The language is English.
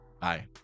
bye